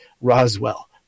Roswell